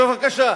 בבקשה,